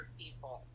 people